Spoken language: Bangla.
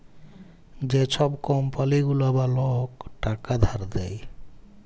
যে ছব কম্পালি গুলা বা লক টাকা ধার দেয়